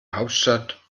hauptstadt